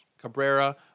Cabrera